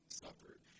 suffered